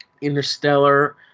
Interstellar